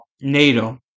nato